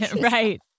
Right